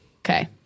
Okay